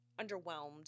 underwhelmed